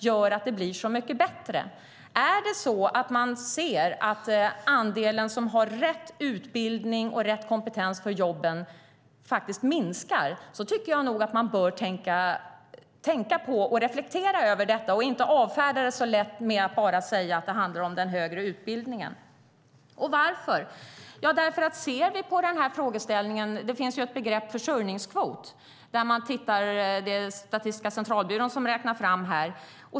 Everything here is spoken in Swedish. Om man ser att den andel som har rätt utbildning och rätt kompetens för jobben minskar tycker jag nog att man bör tänka på och reflektera över det, och inte avfärda det så lätt med att bara säga att det handlar om den högre utbildningen. Varför? Ja, ser vi på den här frågeställningen finns begreppet försörjningskvot, som Statistiska centralbyrån räknar fram.